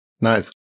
Nice